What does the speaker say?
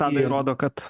tadai rodo kad